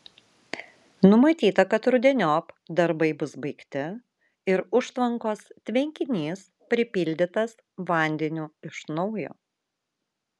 numatyta kad rudeniop darbai bus baigti ir užtvankos tvenkinys pripildytas vandeniu iš naujo